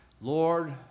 Lord